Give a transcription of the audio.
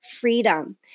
freedom